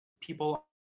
people